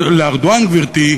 גברתי,